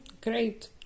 great